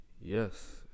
yes